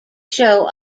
show